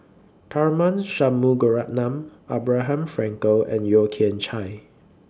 Tharman Shanmugaratnam Abraham Frankel and Yeo Kian Chye